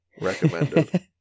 Recommended